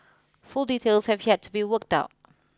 full details have yet to be worked out